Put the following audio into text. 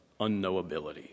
unknowability